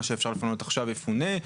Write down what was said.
מה שאפשר לפנות עכשיו יפונה,